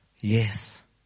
Yes